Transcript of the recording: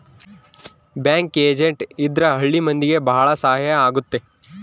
bank agent ಇದ್ರ ಹಳ್ಳಿ ಮಂದಿಗೆ ಭಾಳ ಸಹಾಯ ಆಗುತ್ತೆ